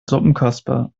suppenkasper